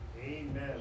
Amen